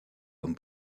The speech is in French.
homme